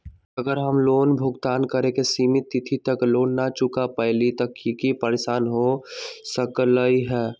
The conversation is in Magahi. अगर हम लोन भुगतान करे के सिमित तिथि तक लोन न चुका पईली त की की परेशानी हो सकलई ह?